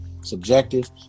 subjective